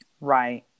Right